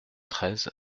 treize